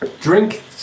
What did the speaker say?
drink